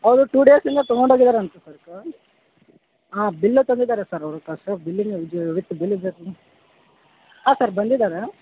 ಅವ್ರು two days ಹಿಂದೆ ತಗೊಂಡು ಹೋಗಿದಾರ್ ಅಂತೆ ಸರಕು ಆ ಬಿಲ್ಲೆ ತಂದಿದ್ದಾರೆ ಸರ್ ಅವರು ವಿತ್ ಬಿಲ್ಲಿನ ಜೊತೆಗೆ ಹಾಂ ಸರ್ ಬಂದಿದ್ದಾರೆ